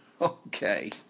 Okay